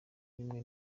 umwe